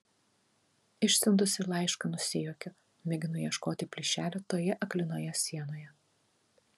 išsiuntusi laišką nusijuokiu mėginu ieškoti plyšelio toje aklinoje sienoje